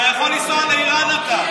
אתה יכול לנסוע לאיראן, אתה.